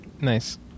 Nice